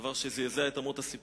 דבר שזעזע את אמות הספים.